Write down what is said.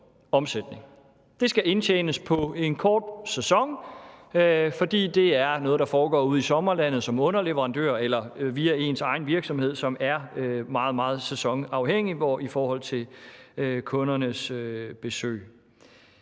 det skal indtjenes på en kort sæson, fordi det er noget, der foregår ude i sommerlandet, som underleverandør eller via ens egen virksomhed, som er meget, meget sæsonafhængig i forhold til kundernes besøg.